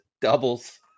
doubles